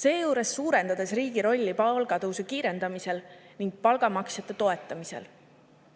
seejuures suurendades riigi rolli palgatõusu kiirendamisel ning palgamaksjate toetamisel